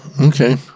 Okay